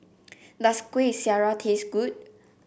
does Kuih Syara taste good